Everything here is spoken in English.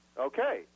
Okay